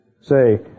Say